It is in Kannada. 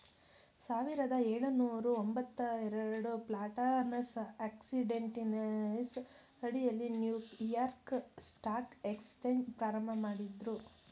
ಸಾವಿರದ ಏಳುನೂರ ತೊಂಬತ್ತಎರಡು ಪ್ಲಾಟಾನಸ್ ಆಕ್ಸಿಡೆಂಟಲೀಸ್ ಅಡಿಯಲ್ಲಿ ನ್ಯೂಯಾರ್ಕ್ ಸ್ಟಾಕ್ ಎಕ್ಸ್ಚೇಂಜ್ ಪ್ರಾರಂಭಮಾಡಿದ್ರು